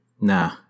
Nah